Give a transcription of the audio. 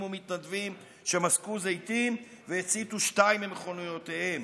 ומתנדבים שמסקו זיתים והציתו שתיים ממכוניותיהם,